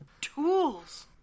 Tools